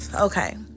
Okay